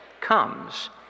comes